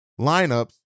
lineups